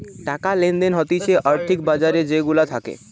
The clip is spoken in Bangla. টাকা লেনদেন হতিছে আর্থিক বাজার যে গুলা থাকে